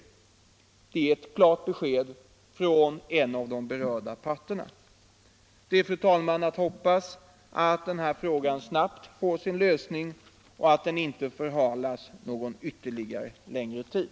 Det är, fru talman, att hoppas att denna fråga snabbt får sin lösning och icke förhalas någon ytterligare tid.